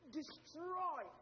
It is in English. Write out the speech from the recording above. destroy